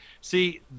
see